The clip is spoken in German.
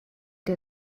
der